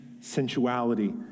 sensuality